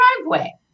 driveway